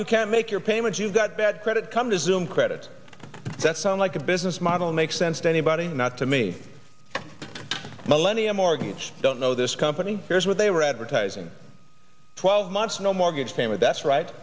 you can make your payments you've got bad credit come to zoom credits that sound like a business model makes sense to anybody not to me millennium mortgage don't know this company here's what they were advertising twelve months no mortgage payment that's right